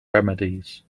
remedies